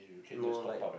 no like